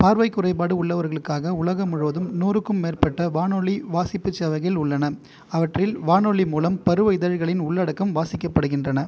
பார்வைக் குறைபாடு உள்ளவர்களுக்காக உலகம் முழுவதும் நூறுக்கும் மேற்பட்ட வானொலி வாசிப்புச் சேவைகள் உள்ளன அவற்றில் வானொலி மூலம் பருவ இதழ்களின் உள்ளடக்கம் வாசிக்கப்படுகின்றன